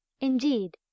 indeed